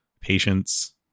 patience